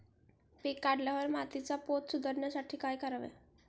पीक काढल्यावर मातीचा पोत सुधारण्यासाठी काय करावे?